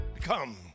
Come